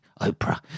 Oprah